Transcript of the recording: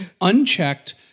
Unchecked